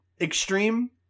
extreme